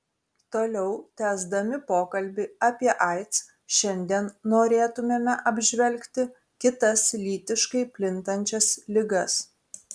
toliau tęsdami pokalbį apie aids šiandien norėtumėme apžvelgti kitas lytiškai plintančias ligas